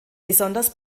besonders